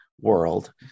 world